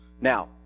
Now